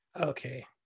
okay